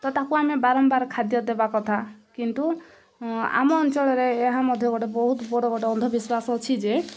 ତ ତାକୁ ଆମେ ବାରମ୍ବାର ଖାଦ୍ୟ ଦେବା କଥା କିନ୍ତୁ ଆମ ଅଞ୍ଚଳରେ ଏହା ମଧ୍ୟ ଗୋଟେ ବହୁତ ବଡ଼ ଗୋଟେ ଅନ୍ଧବିଶ୍ୱାସ ଅଛି ଯେ